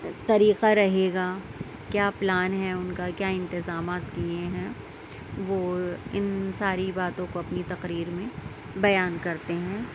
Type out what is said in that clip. طریقہ رہے گا کیا پلان ہے اُن کا کیا اِنتظامات کئے ہیں وہ اِن ساری باتوں کو اپنی تقریر میں بیان کرتے ہیں